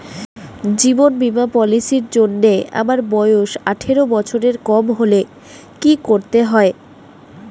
জীবন বীমা পলিসি র জন্যে আমার বয়স আঠারো বছরের কম হলে কি করতে হয়?